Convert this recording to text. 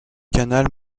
canal